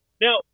Now